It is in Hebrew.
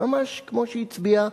ממש כמו שהיא הצביעה